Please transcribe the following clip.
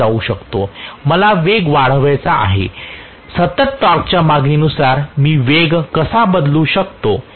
मला वेग वाढवायचा आहे सतत टॉर्कच्या मागणीनुसार मी वेग कसा बदलू शकतो